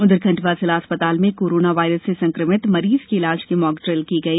उधर खंडवा जिला चिकित्सालय में कोरोना वायरस से संक्रमित मरीज के इलाज का मोकड़िल की गई